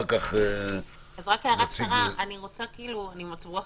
אני במצב רוח